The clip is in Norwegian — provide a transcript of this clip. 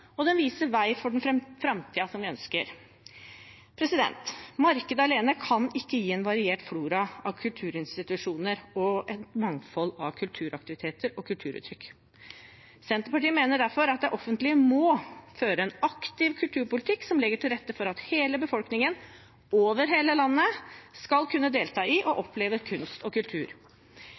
og den viser vei for den framtiden vi ønsker. Markedet alene kan ikke gi en variert flora av kulturinstitusjoner og et mangfold av kulturaktiviteter og kulturuttrykk. Senterpartiet mener derfor at det offentlige må føre en aktiv kulturpolitikk som legger til rette for at hele befolkningen, over hele landet, skal kunne delta i og oppleve kunst og kultur.